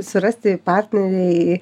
surasti partnerį